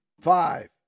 Five